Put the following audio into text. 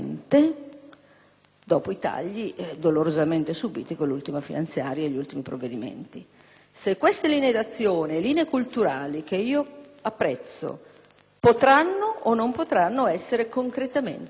dopo i tagli dolorosamente subiti con l'ultima finanziaria e gli ultimi provvedimenti e verificare se queste linee di azione e culturali, che io apprezzo, potranno o non potranno essere concretamente riconfermate.